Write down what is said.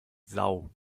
sau